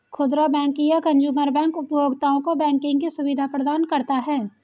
खुदरा बैंक या consumer bank उपभोक्ताओं को बैंकिंग की सुविधा प्रदान करता है